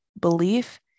belief